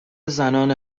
زنان